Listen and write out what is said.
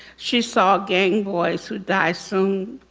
she saw gang boys who die soon.